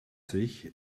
sich